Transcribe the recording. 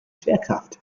schwerkraft